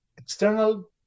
external